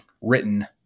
written